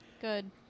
Good